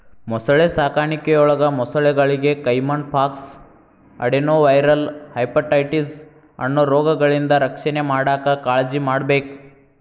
ಮೊಸಳೆ ಸಾಕಾಣಿಕೆಯೊಳಗ ಮೊಸಳೆಗಳಿಗೆ ಕೈಮನ್ ಪಾಕ್ಸ್, ಅಡೆನೊವೈರಲ್ ಹೆಪಟೈಟಿಸ್ ಅನ್ನೋ ರೋಗಗಳಿಂದ ರಕ್ಷಣೆ ಮಾಡಾಕ್ ಕಾಳಜಿಮಾಡ್ಬೇಕ್